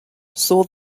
saw